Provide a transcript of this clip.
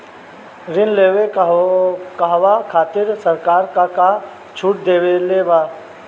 ऋण लेवे कहवा खातिर सरकार का का छूट देले बा?